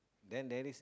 then there is